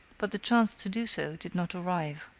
but the chance to do so did not arrive.